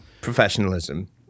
professionalism